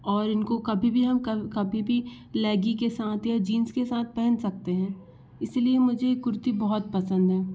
और इनको कभी भी हम कभी भी लेगी के साथ या जीन्स के साथ पहन सकते हैं इसलिए मुझे कुर्ती बहुत पसंद है